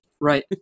Right